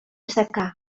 secà